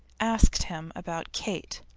asked him about kate,